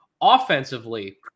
Offensively